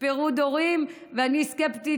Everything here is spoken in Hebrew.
פירוד הורים ואני סקפטית.